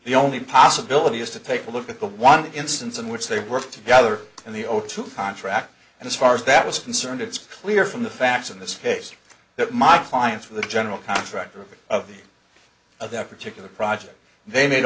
the only possibility is to take a look at the one instance in which they work together and the otu contract and as far as that is concerned it's clear from the facts in this case that my clients for the general contractor of the of that particular project they made